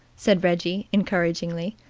said reggie encouragingly.